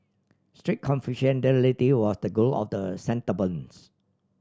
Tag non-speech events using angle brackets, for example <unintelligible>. strict <unintelligible> was the goal of the settlements